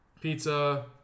pizza